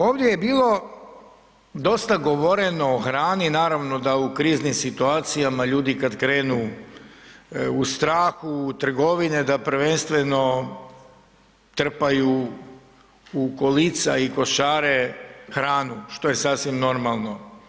Ovdje je bilo dosta govoreno o hrani, naravno da u kriznim situacijama ljudi kad krenu u strahu u trgovine da prvenstveno trpaju u kolica i košare hranu što je sasvim normalno.